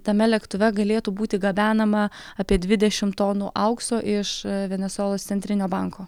tame lėktuve galėtų būti gabenama apie dvidešimt tonų aukso iš venesuelos centrinio banko